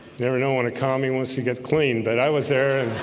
never know what a commie once he gets clean, but i was there